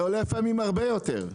זה עולה לפעמים הרבה יותר.